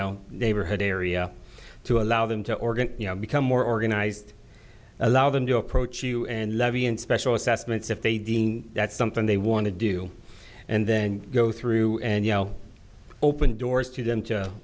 know neighborhood area to allow them to organize you know become more organized allow them to approach you and levy in special assessments if they dean that's something they want to do and then go through and you know open doors to them to